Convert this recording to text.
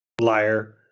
Liar